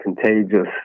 contagious